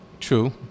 True